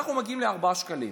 אנחנו מגיעים ל-4 שקלים.